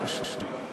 בבקשה.